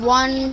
one